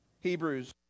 Hebrews